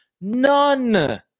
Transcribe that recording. None